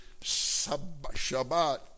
Shabbat